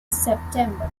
september